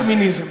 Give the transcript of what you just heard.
זה פמיניזם.